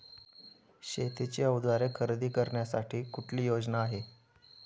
शेतीची अवजारे खरेदी करण्यासाठी कुठली योजना आहे?